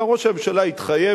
אלא ראש הממשלה התחייב,